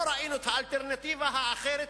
לא ראינו את האלטרנטיבה האחרת,